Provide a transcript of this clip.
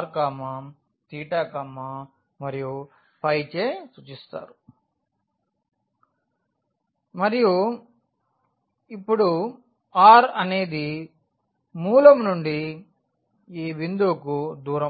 r మరియు చే సూచిస్తారు మరియు ఇప్పుడు r అనేది మూలం నుండి ఈ బిందువు దూరం